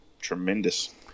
tremendous